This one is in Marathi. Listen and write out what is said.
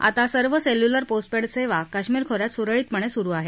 आता सर्व सेल्युलर पोस्टपेड सेवा काश्मीर खोऱ्यात सुरळीतपणे सुरू आहेत